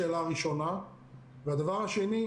שנית,